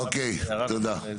אוקיי, תודה.